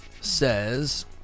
says